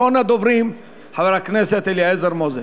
חבר הכנסת אליעזר מוזס.